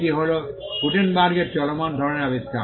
এটি হল গুটেনবার্গের চলমান ধরণের আবিষ্কার